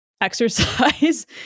exercise